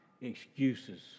excuses